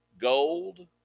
gold